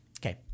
Okay